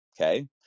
Okay